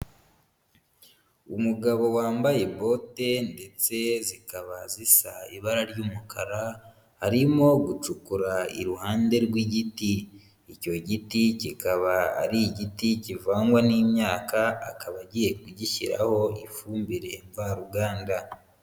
Umugabo wambaye bote ndetse zikaba zisa ibara ry'umukara, arimo gucukura iruhande rw'igiti. Icyo giti kikaba ari igiti kivangwa n'imyaka, akaba agiye kugishyiraho ifumbire mvaruganda.